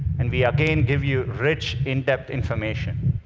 and we again give you rich in-depth information.